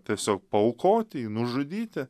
tiesiog paaukoti jį nužudyti